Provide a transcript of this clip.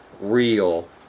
real